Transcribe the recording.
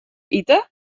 ite